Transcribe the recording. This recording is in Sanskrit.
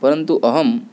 परन्तु अहं